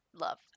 love